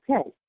okay